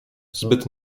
zbyt